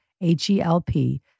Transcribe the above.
H-E-L-P